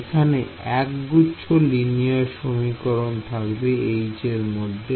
এখানে একগুচ্ছ লিনিয়ার সমীকরণ থাকবে H এর মধ্যে